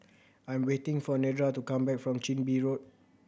I'm waiting for Nedra to come back from Chin Bee Road